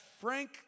frank